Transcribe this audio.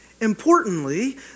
Importantly